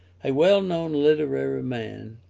a well-known literary man,